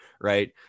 right